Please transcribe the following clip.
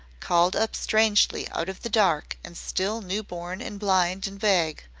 called up strangely out of the dark and still new-born and blind and vague,